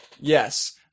Yes